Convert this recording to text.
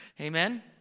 Amen